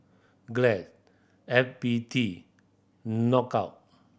Glad F B T Knockout